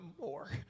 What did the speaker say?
more